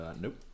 Nope